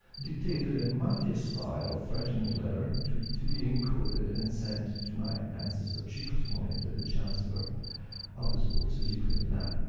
dictated a mafia-style threatening letter to to be encoded and sent to my ancestor cicco simonetta, the chancellor of the sforza dukes of milan.